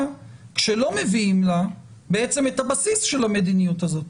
כשלא מביאים לה את הבסיס של המדיניות הזאת,